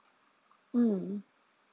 mm